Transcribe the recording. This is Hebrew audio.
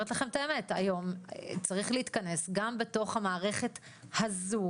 אני אומרת לכם את האמת: היום צריך להתכנס גם בתוך המערכת הזו